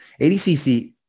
ADCC